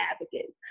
advocates